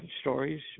stories